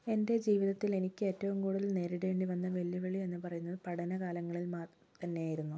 എൻ്റെ ജീവിതത്തിൽ എനിക്ക് ഏറ്റവും കൂടുതൽ നേരിടേണ്ടി വന്ന വെല്ലുവിളി എന്ന് പറയുന്നത് പഠന കാലങ്ങളിൽ തന്നെയായിരുന്നു